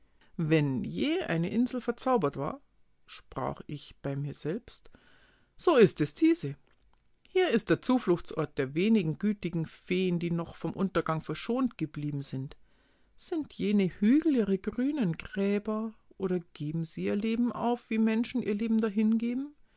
wenn je eine insel verzaubert war sprach ich bei mir selbst so ist es diese hier ist der zufluchtsort der wenigen gütigen feen die noch vom untergang verschont geblieben sind sind jene hügel ihre grünen gräber oder geben sie ihr leben auf wie menschen ihr leben dahingeben